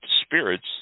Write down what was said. spirits